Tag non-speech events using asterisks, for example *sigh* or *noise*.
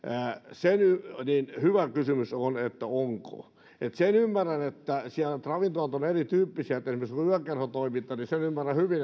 hyvä kysymys on että onko sen ymmärrän että ravintolat ovat erityyppisiä esimerkiksi yökerhotoiminta sen ymmärrän hyvin *unintelligible*